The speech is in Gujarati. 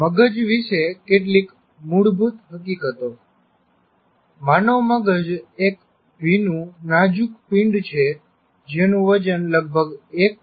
મગજ વિશે કેટલીક મૂળભૂત હકીકતો માનવ મગજ એક ભીનું નાજુક પીંડ છે જેનું વજન લગભગ 1